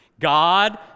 God